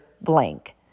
blank